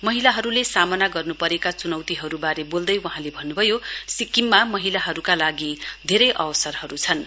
महिलाहरूले सामना गर्नु परेका चुनौतीहरूबारे बोल्दै वहाँले भन्नुभयो सिक्किममा महिलाहरूका लागि धेरै अवसरहरू हुन्